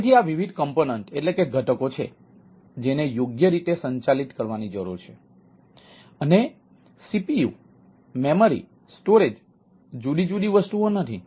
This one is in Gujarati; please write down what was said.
તેથી આ વિવિધ ઘટકો છે જેને યોગ્ય રીતે સંચાલિત કરવાની જરૂર છે અને CPU મેમરી સ્ટોરેજ જુદી જુદી વસ્તુઓ નથી